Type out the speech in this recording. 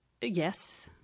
yes